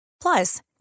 Plus